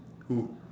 who